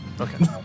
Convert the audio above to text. okay